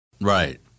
Right